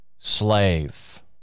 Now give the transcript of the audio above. slave